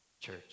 Church